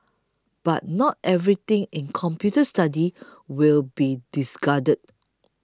but not everything in computer studies will be discarded